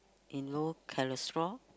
in low cholesterol